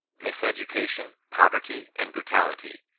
mis-education, poverty, and brutality,